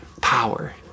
power